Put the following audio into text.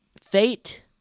fate